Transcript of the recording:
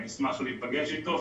אני אשמח להיפגש איתו.